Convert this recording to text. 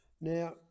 now